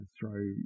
throw